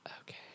Okay